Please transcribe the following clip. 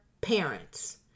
parents